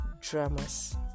dramas